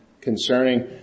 concerning